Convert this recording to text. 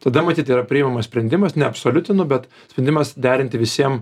tada matyt yra priimamas sprendimas neabsoliutinu bet sprendimas derinti visiem